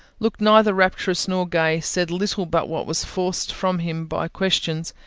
looked neither rapturous nor gay, said little but what was forced from him by questions,